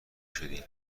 شدین